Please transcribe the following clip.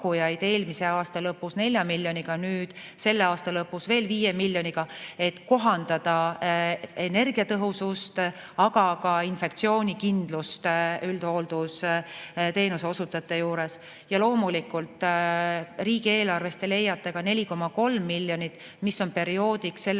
eelmise aasta lõpus 4 miljoniga ja selle aasta lõpus veel 5 miljoniga, et kohandada energiatõhusust, aga ka infektsioonikindlust üldhooldusteenuse osutajate juures. Loomulikult leiate te riigieelarvest ka 4,3 miljonit, mis on mõeldud selle